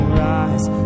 rise